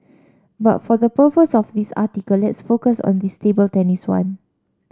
but for the purpose of this article let's focus on this table tennis one